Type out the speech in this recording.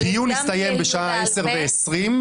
הדיון יסתיים בשעה 10:20,